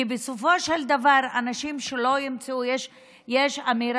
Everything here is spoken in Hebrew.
בסופו של דבר, אנשים שלא ימצאו יש אמירה